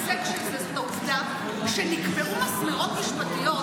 ההישג של זה הוא העובדה שנקבעו מסמרות משפטיות,